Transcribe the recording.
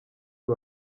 uyu